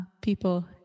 People